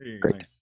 Great